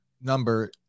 Number